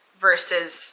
versus